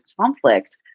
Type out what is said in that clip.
conflict